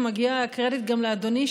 מגיע קרדיט גם לאדוני,